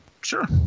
sure